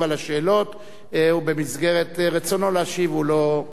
על השאלות ובמסגרת רצונו להשיב הוא לא,